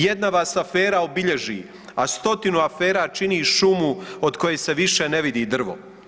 Jedna vas afera obilježi, a stotinu afera čini šumu od koje se više ne vidi drvo.